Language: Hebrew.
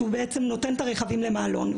שהוא בעצם נותן את הרכבים למעלון,